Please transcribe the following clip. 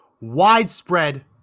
widespread